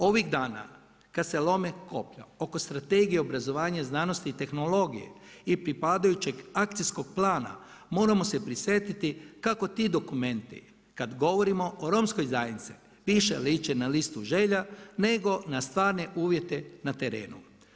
Ovih dana, kad se lome koplja, oko strategije obrazovanja, znanosti i tehnologije i pripadajućeg akcijskog plana, moramo se prisjetiti, kako ti dokumenti kad govorimo o romskoj zajednici, više liče na listu želja, nego na stvarne uvijete na terenu.